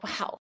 wow